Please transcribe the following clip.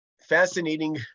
fascinating